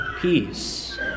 peace